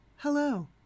Hello